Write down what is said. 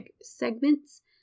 segments